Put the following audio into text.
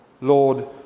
Lord